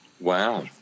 Wow